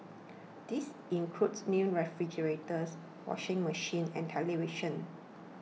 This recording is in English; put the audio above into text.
these include new refrigerators washing machines and televisions